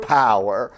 power